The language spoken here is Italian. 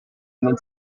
non